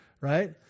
Right